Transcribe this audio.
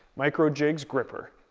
micro jig's grr-ripper.